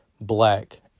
black